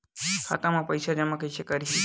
खाता म पईसा जमा कइसे करही?